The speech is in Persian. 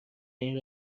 این